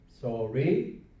sorry